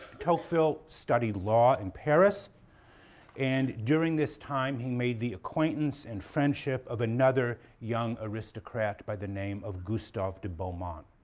tocqueville studied law in paris and during this time he made the acquaintance and friendship of another young aristocrat by the name of gustave de beaumont.